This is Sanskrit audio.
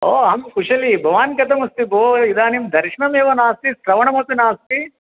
ओ अहं कुशली भवान् कथं अस्ति भोः इदानीं दर्शनं एव नास्ति श्रवणमपि नास्ति